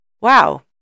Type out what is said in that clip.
Wow